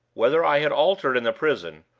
whether i had altered in the prison,